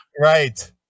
Right